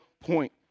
point